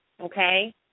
okay